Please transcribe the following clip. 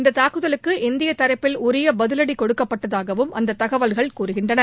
இந்த தாக்குதலுக்கு இந்திய தரப்பில் உரிய பதிவடி கொடுக்கப்பட்டதாகவும் அந்த தகவல்கள் கூறுகின்றன